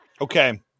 Okay